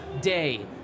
day